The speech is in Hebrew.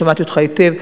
אני שמעתי אותך היטב,